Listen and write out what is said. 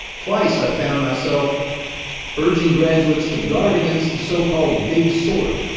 twice i've found myself urging graduates to guard against the so-called big sort,